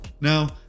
Now